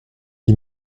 dit